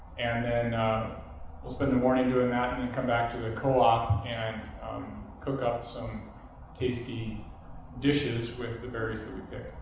and then we'll spend the morning doing that and then and come back to the co-op and cook up some tasty dishes with the very food there.